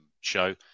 show